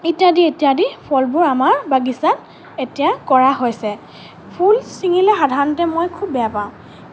ইত্যাদি ইত্যাদি ফলবোৰ আমাৰ বাগিচাত এতিয়া কৰা হৈছে ফুল চিঙিলে সাধাৰণতে মই খুব বেয়া পাওঁ